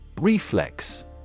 Reflex